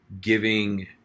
giving